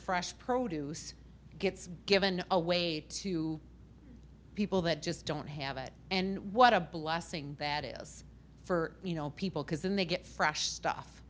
fresh produce gets given away to people that just don't have it and what a blessing that is for you know people because then they get fresh stuff